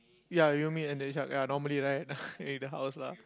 ya you me and the ya normal right in the house lah